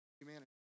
humanity